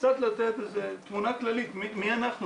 קצת לתת תמונה כללית מי אנחנו בכלל,